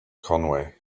conway